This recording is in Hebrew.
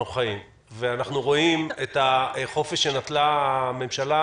חיים ואנחנו רואים את החופש שנטלה הממשלה,